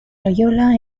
loyola